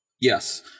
Yes